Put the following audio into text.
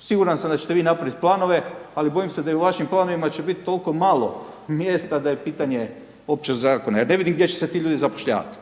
siguran sam da ćete vi napuniti planove, ali bojim se da i u vašim planovima će biti toliko malo mjesta, da je pitanje uopće …/Govornik se ne razumije./… Ja ne vidim gdje će se ti ljudi zapošljavati.